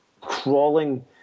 crawling